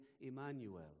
Emmanuel